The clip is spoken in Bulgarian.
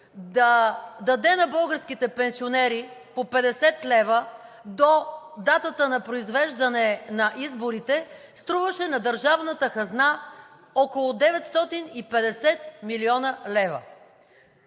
да даде на българските пенсионери по 50 лв. до датата на произвеждане на изборите струваше на държавната хазна около 950 млн. лв.